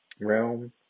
realm